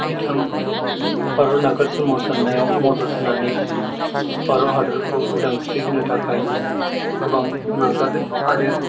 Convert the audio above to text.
बिथां भारत नागार सोमावसारनायाव मदद होनानै भारत हादरखौ उदांस्रि होनो थाखाय गोबां नाजादों आरो